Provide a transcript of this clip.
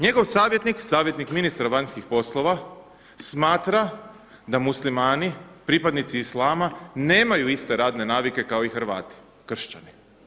Njegov savjetnik, savjetnik ministra vanjskih poslova smatra da Muslimani pripadnici islama nemaju iste radne navike kao i Hrvati kršćani.